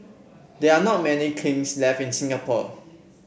there are not many kilns left in Singapore